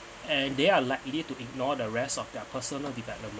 and they are likely to ignore the rest of their personal development